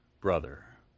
brother